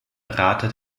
berater